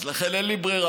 אז לכן אין לי ברירה,